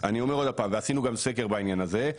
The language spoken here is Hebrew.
אז אני אומר עוד הפעם ועשינו גם סקר בעניין הזה,